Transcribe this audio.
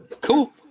cool